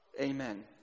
Amen